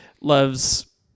loves